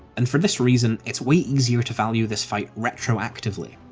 and for this reason, it's way easier to value this fight retroactively,